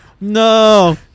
No